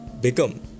become